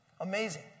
Amazing